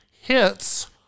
Hits